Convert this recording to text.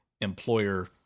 employer